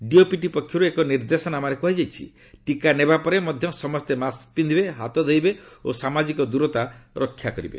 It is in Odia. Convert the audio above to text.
ଡିଓପିଟି ପକ୍ଷରୁ ଏକ ନିର୍ଦ୍ଦେଶନାମାରେ କୁହାଯାଇଛି ଟିକା ନେବାପରେ ମଧ୍ୟ ସମସ୍ତେ ମାସ୍କ୍ ପିନ୍ଧିବେ ହାତ ଧୋଇବେ ଓ ସାମାଜିକ ଦୂରତା ରକ୍ଷା କରିବେ